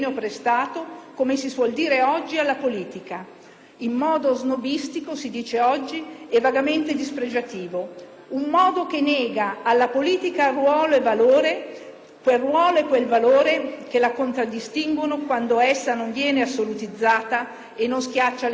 come si suol dire oggi in un modo snobistico e vagamente dispregiativo, che nega alla politica il ruolo e il valore che la contraddistinguono, quando essa non viene assolutizzata e non schiaccia le persone.